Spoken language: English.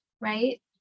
right